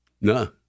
No